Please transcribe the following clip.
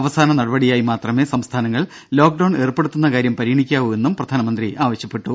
അവസാന നടപടിയായി മാത്രമേ സംസ്ഥാനങ്ങൾ ലോക്ഡൌൺ ഏർപ്പെടുത്തുന്ന കാര്യം പരിഗണിക്കാവൂ എന്നും പ്രധാനമന്ത്രി ആവശ്യപ്പെട്ടു